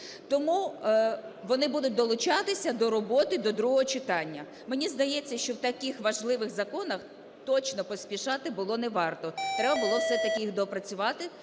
Тому вони будуть долучатися до роботи до другого читання. Мені здається, що в таких важливих законах точно поспішати було не варто. Треба було все-таки їх доопрацювати